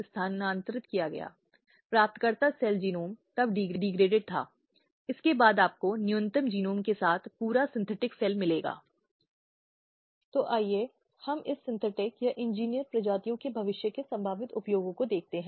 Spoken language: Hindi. सती निवारण अधिनियम का आयोग जो सती की प्राचीन प्रथा या पति के अंतिम संस्कार की चिता में जलने को संदर्भित करता है